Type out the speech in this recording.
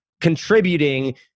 contributing